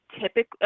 typically